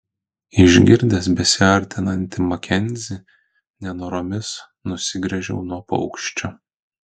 išgirdęs besiartinantį makenzį nenoromis nusigręžiau nuo paukščio